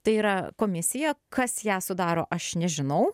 tai yra komisija kas ją sudaro aš nežinau